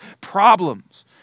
problems